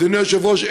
אדוני היושב-ראש,